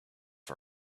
her